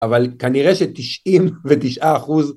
אבל כנראה שתשעים ותשעה אחוז.